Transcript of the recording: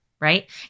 right